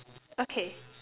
okay